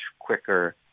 quicker